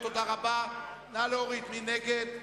מי נגד?